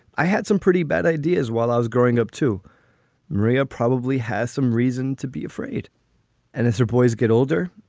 i had some pretty bad ideas while i was growing up to maria. probably has some reason to be afraid and it's her. boys get older,